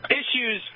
issues